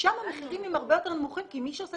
ושם המחירים הם הרבה יותר נמוכים כי מי שעושה